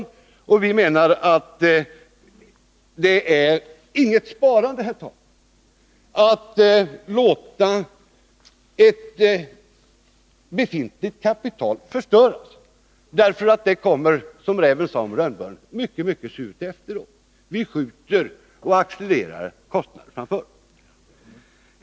Vi tycker inte, herr talman, att det är något sparande att låta ett befintligt kapital förstöras; det kommer då, som räven sade om rönnbären, mycket, mycket surt efter. Vi skjuter kostnaderna framför oss och medverkar till att de accelererar.